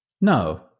No